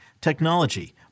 technology